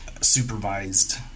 supervised